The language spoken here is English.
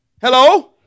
Hello